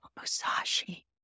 Musashi